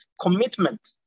Commitment